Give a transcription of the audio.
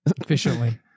efficiently